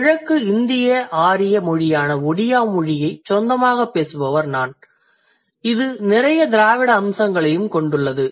கிழக்கு இந்திய ஆரிய மொழியான ஒடியா மொழியைச் சொந்தமாகப் பேசுபவர் நான் இது நிறைய திராவிட அம்சங்களையும் கொண்டுள்ளது